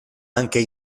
anche